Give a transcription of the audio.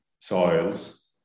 soils